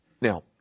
Now